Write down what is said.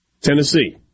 Tennessee